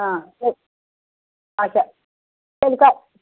اَچھا تیٚلہِ کَر